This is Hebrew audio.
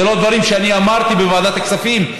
זה לא דברים שאני אמרתי בוועדת הכספים,